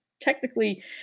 technically